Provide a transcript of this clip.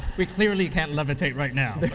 we clearly can't levitate right now.